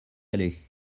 aller